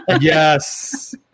yes